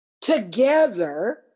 together